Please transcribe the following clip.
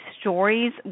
stories